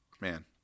man